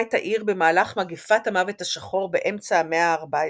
את העיר במהלך מגפת המוות השחור באמצע המאה הארבע־עשרה,